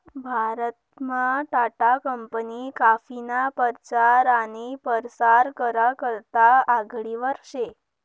भारतमा टाटा कंपनी काफीना परचार आनी परसार करा करता आघाडीवर शे